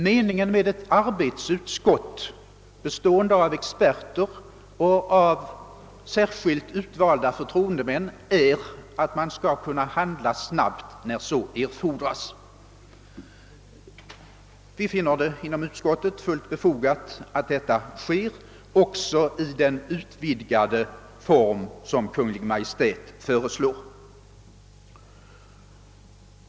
Meningen med ett arbetsutskott bestående av experter och särskilt utvalda förtroendemän är att man skall kunna handla snabbt när så erfordras. Vi finner det fullt befogat att detta sker också i den utvidgade form som Kungl. Maj:t föreslår.